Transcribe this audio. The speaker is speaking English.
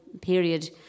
period